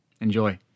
enjoy